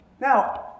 Now